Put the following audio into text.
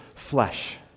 flesh